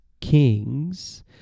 kings